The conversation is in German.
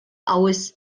aus